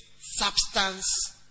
Substance